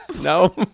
No